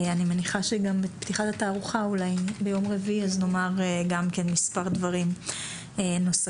אני מניחה שגם בפתיחת התערוכה ביום רביעי נאמר מספר דברים נוספים,